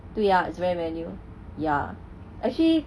对啊 it's very manual ya actually